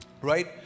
Right